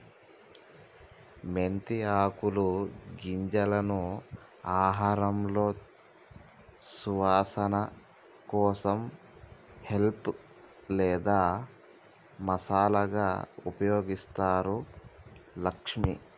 మెంతి ఆకులు గింజలను ఆహారంలో సువాసన కోసం హెల్ప్ లేదా మసాలాగా ఉపయోగిస్తారు లక్ష్మి